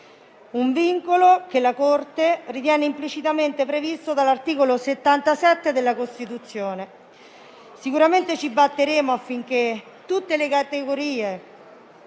un vincolo che la Corte ritiene implicitamente previsto dall'articolo 77 della Costituzione. Sicuramente ci batteremo affinché tutte le categorie